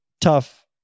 tough